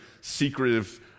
secretive